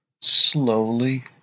slowly